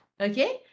Okay